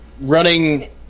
Running